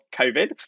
COVID